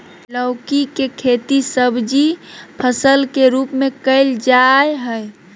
लौकी के खेती सब्जी फसल के रूप में कइल जाय हइ